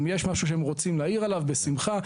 אם יש משהו שהם רוצים להעיר עליו, בשמחה.